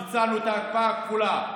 ביצענו את ההקפאה הכפולה,